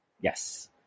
Yes